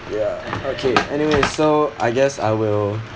ya okay anyway so I guess I will